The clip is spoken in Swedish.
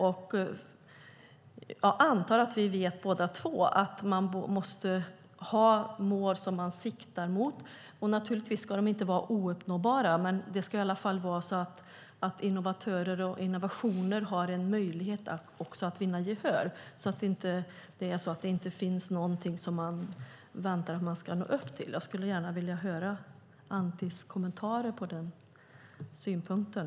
Jag antar att vi båda två vet att man måste ha mål som man siktar mot. De ska naturligtvis inte vara ouppnåbara. Men de ska vara sådana att innovatörer och innovationer har en möjlighet att vinna gehör. Det får inte vara så att det inte finns någonting som man väntar att man ska nå upp till. Jag skulle gärna vilja höra Antis kommentarer på den synpunkten.